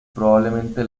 probablemente